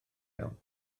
iawn